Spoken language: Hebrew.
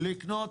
לקנות